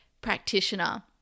practitioner